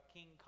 King